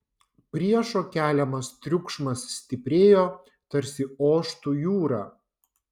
priešo keliamas triukšmas stiprėjo tarsi oštų jūra